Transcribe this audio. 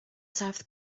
south